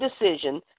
decision